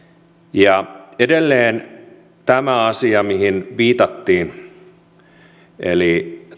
nyt ollaan edelleen tämä asia mihin viitattiin eli